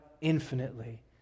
infinitely